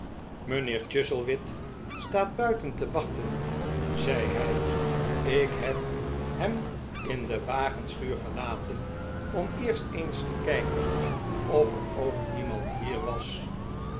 mijnheer chuzzlewit staat buiten te wachten zei hij ik heb hem in de wagenschuur gelaten om eerst eens te kijken of er ook iemand hier was